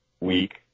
week